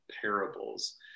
parables